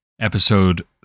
Episode